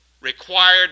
required